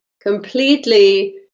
completely